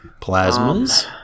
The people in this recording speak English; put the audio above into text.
plasmas